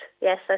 yes